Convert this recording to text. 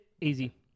easy